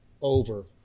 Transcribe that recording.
over